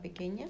pequeña